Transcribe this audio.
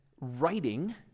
writing